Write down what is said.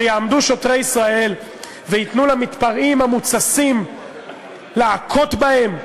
שיעמדו שוטרי ישראל וייתנו למתפרעים המותססים להכות בהם?